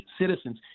citizens